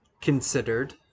considered